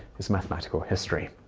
is mathematical history.